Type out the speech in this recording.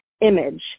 image